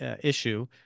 issue